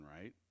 right